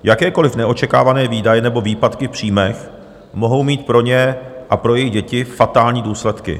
Jakékoliv neočekávané výdaje nebo výpadky v příjmech mohou mít pro ně a pro jejich děti fatální důsledky.